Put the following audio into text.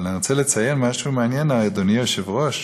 אבל אני רוצה לציין משהו מעניין, אדוני היושב-ראש